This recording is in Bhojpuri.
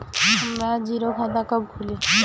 हमरा जीरो खाता कब खुली?